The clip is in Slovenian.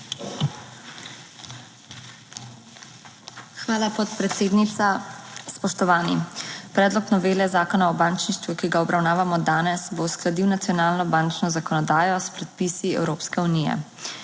Hvala, podpredsednica. Spoštovani! Predlog novele Zakona o bančništvu, ki ga obravnavamo danes, bo uskladil nacionalno bančno zakonodajo s predpisi Evropske unije.